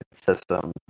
system